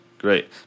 great